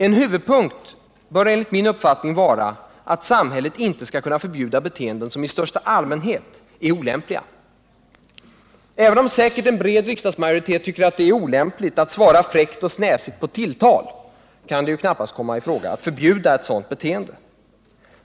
En huvudpunkt bör enligt min uppfattning vara att samhället inte skall kunna förbjuda beteenden som i största allmänhet är olämpliga. Även om säkert en bred riksdagsmajoritet tycker att det är olämpligt att svara fräckt och snäsigt på tilltal, kan det ju knappast komma i fråga att förbjuda ett sådant beteende.